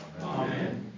Amen